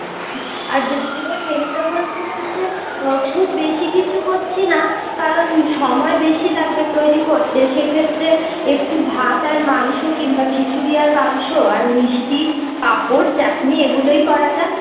আর দুপুরের মেনুটা বলছিলাম যে খুব বেশি কিছু করছি না কারণ সময় বেশি লাগবে তৈরি করতে সেক্ষেত্রে একটু ভাত আর মাংস কিংবা খিচুড়ি আর মাংস আর মিষ্টি পাঁপড় চাটনি এগুলোই করা যাক